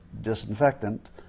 disinfectant